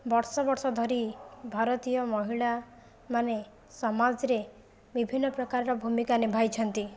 ବର୍ଷ ବର୍ଷ ଧରି ଭାରତୀୟ ମହିଳାମାନେ ସମାଜରେ ବିଭିନ୍ନ ପ୍ରକାରର ଭୂମିକା ନିଭାଇଛନ୍ତି